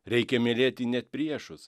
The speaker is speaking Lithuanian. reikia mylėti net priešus